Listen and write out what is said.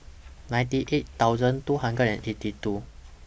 ninety eight thousand two hundred and eighty two